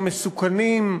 המסוכנים,